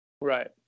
Right